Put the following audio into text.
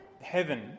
heaven